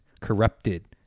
corrupted